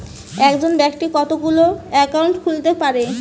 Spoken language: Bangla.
একজন ব্যাক্তি কতগুলো অ্যাকাউন্ট খুলতে পারে?